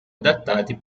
adattati